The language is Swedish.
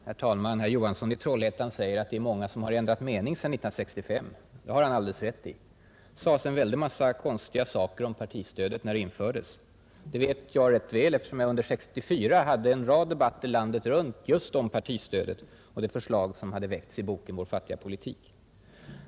Herr talman! Herr Johansson i Trollhättan säger att det är många som har ändrat mening sedan 1965. Det har han alldeles rätt i. Det sades en väldig massa konstiga saker om partistödet när det infördes. Det vet jag rätt väl eftersom jag under 1964 hade en rad debatter landet runt just om partistödet och de förslag som hade väckts i boken ”Vår fattiga politik”.